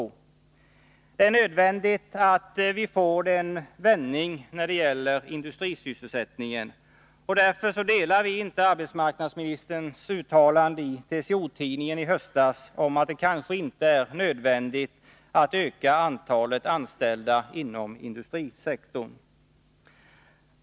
Det är nödvändigt att vi får en vändning när det gäller industrisysselsättningen, och därför delar vi inte arbetsmarknadsministerns uttalande i TCO-tidningen i höstas om att det kanske inte är nödvändigt att öka antalet anställda inom industrisektorn.